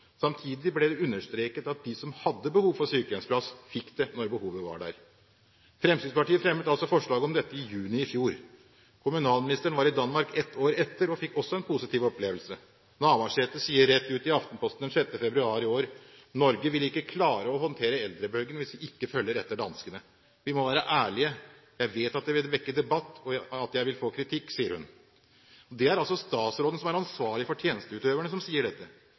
Samtidig ble det understreket at de som hadde behov for sykehjemsplass, fikk det når behovet var der. Fremskrittspartiet fremmet altså forslag om dette i juni i fjor. Kommunalministeren var i Danmark et år etter og fikk også en positiv opplevelse. Navarsete sier rett ut i Aftenposten den 6. februar i år at «Norge ikke vil klare å håndtere eldrebølgen uten å følge etter danskene. Vi må være ærlige. Jeg vet at det vil vekke debatt og at jeg vil få kritikk.» Det er altså statsråden som er ansvarlig for tjenesteutøverne, som sier dette.